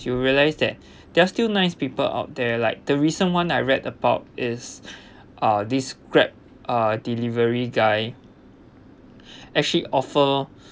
you realise that there are still nice people out there like the recent [one] I read about is ah this Grab err delivery guy actually offer